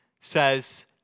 says